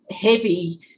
heavy